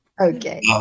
Okay